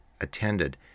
attended